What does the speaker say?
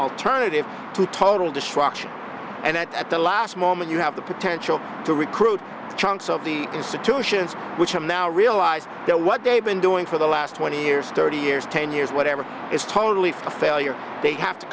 alternative to total structure and at the last moment you have the potential to recruit chunks of the institutions which have now realized that what they've been doing for the last twenty years thirty years ten years whatever is totally failure they have to